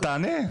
תענה.